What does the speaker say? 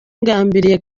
ngambiriye